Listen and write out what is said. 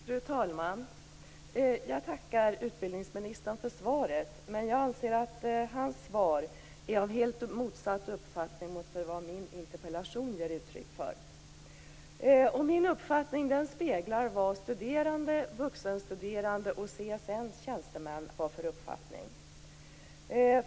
Fru talman! Jag tackar utbildningsministern för svaret. Jag anser dock att hans svar ger uttryck för en helt motsatt uppfattning mot min interpellation. Min uppfattning speglar vad studerande, vuxenstuderande och CSN:s tjänstemän har för uppfattning.